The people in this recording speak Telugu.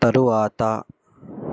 తరువాత